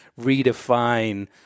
redefine